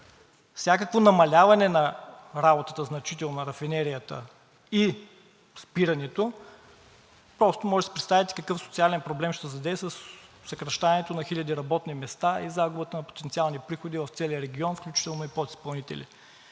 значително намаляване на работата на рафинерията и спирането можете да си представите какъв социален проблем ще задейства със съкращаването на хиляди работни места и загубата на потенциални приходи в целия регион, включително и подизпълнители.